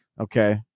okay